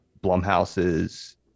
Blumhouse's